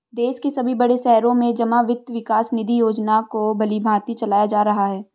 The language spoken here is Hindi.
देश के सभी बड़े शहरों में जमा वित्त विकास निधि योजना को भलीभांति चलाया जा रहा है